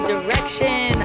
Direction